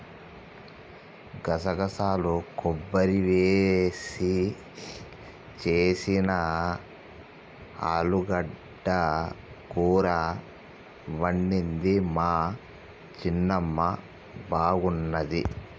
గసగసాలు కొబ్బరి వేసి చేసిన ఆలుగడ్డ కూర వండింది మా చిన్నమ్మ బాగున్నది